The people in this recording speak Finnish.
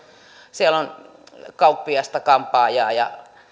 siellä on kauppiasta kampaajaa ja